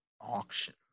Auction